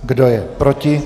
Kdo je proti?